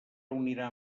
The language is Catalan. reunirà